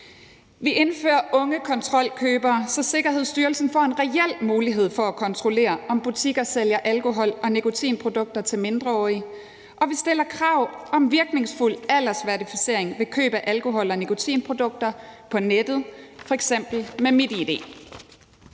Vi indfører unge kontrolkøbere, så Sikkerhedsstyrelsen får en reel mulighed for at kontrollere, om butikker sælger alkohol og nikotinprodukter til mindreårige, og vi stiller krav om virkningsfuld aldersverificering ved køb af alkohol og nikotinprodukter på nettet, f.eks. med MitID.